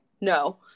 no